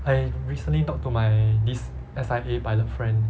I recently talk to my this S_I_A pilot friend